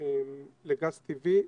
לגז טבעי.